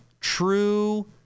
true